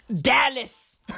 Dallas